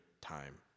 time